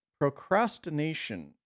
procrastination